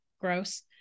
gross